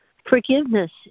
Forgiveness